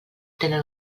tenen